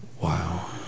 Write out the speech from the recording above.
wow